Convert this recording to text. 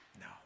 no